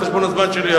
על חשבון הזמן שלי.